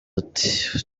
uti